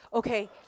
Okay